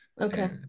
okay